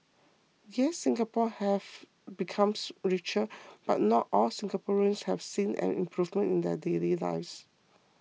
yes Singapore has becomes richer but not all Singaporeans have seen an improvement in their daily lives